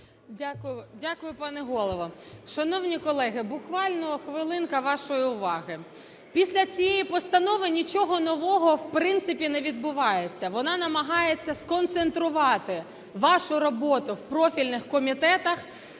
Дякую, пане Голово. Шановні колеги, буквально хвилинка вашої уваги. Після цієї постанови нічого нового в принципі не відбувається, вона намагається сконцентрувати вашу роботу в профільних комітетах